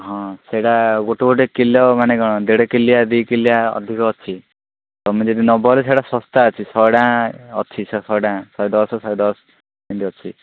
ହଁ ସେଇଟା ଗୋଟେ ଗୋଟେ କିଲୋ ମାନେ କ'ଣ ଦେଢ଼ କିଲିଆ ଦୁଇ କିଲିଆ ଅଧିକ ଅଛି ତୁମେ ଯଦି ନେବ ବୋଲି ସେଇଟା ଶସ୍ତା ଅଛି ଶହେ ଟଙ୍କା ଅଛି ସେ ଶହେ ଟଙ୍କା ଶହେ ଦଶ ଶହେ ଦଶ ଏମିତି ଅଛି